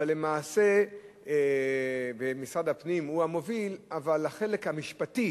אבל למעשה משרד הפנים הוא המוביל, אבל החלק המשפטי